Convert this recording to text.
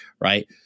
Right